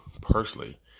personally